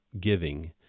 giving